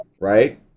right